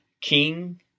king